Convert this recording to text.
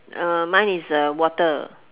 uh mine is uh water